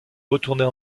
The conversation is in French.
retourner